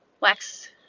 wax